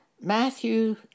Matthew